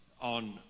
on